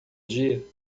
dia